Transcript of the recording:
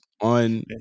on